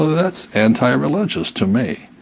that's anti-religious to me.